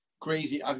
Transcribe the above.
crazy